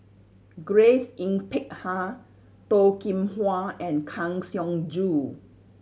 Grace Yin Peck Ha Toh Kim Hwa and Kang Siong Joo